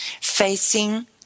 facing